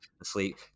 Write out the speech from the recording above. asleep